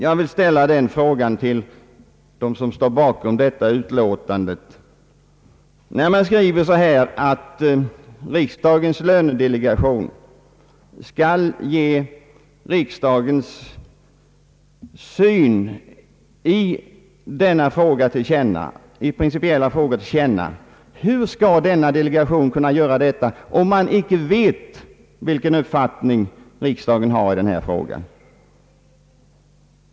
Jag vill ställa den frågan till dem som står bakom detta utlåtande: Hur skall riksdagens lönedelegation kunna ge riksdagens syn på principiella avtalsfrågor till känna, om den inte vet vilken uppfattning riksdagen har i en sådan fråga?